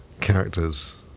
characters